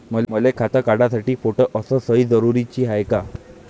मले खातं काढासाठी फोटो अस सयी जरुरीची हाय का?